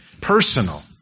personal